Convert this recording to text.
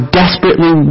desperately